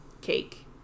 cake